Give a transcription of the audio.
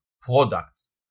products